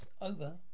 Over